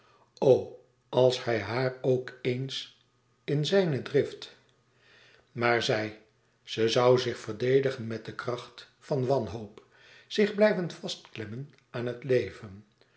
als hij haar ook eens in zijne drift maar zij ze zoû zich verdedigen met de kracht van wanhoop zich blijven vastklemmen aan het leven